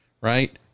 right